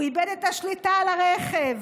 הוא איבד את השליטה על הרכב.